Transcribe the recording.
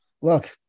Look